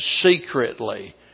secretly